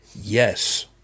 yes